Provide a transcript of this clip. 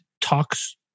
talks